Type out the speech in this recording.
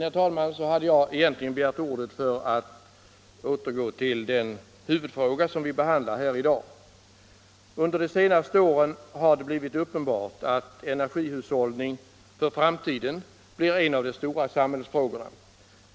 Jag hade egentligen, herr talman, begärt ordet för att återgå till den huvudfråga som vi behandlar här i dag. Under de senaste åren har det blivit uppenbart att energihushållning för framtiden blir en av de stora samhällsfrågorna.